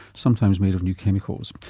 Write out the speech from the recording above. sometimes made of new chemicals.